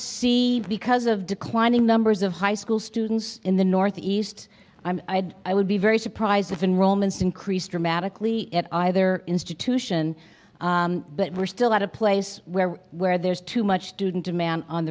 see because of declining numbers of high school students in the north east i'd i would be very surprised if enrollments increased dramatically at either institution but we're still at a place where where there's too much didn't demand on